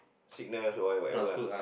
sickness what whatever ah